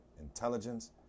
intelligence